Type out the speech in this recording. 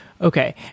Okay